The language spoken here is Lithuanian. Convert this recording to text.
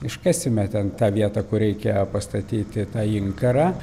iškasime ten tą vietą kur reikia pastatyti tą inkarą